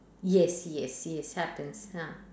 yes yes yes happens ah